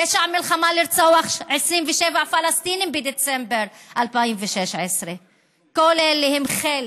פשע מלחמה לרצוח 27 פלסטינים בדצמבר 2016. כל אלה הם חלק,